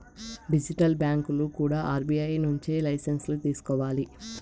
digital బ్యాంకులు కూడా RBI నుంచి లైసెన్సులు తీసుకోవాలి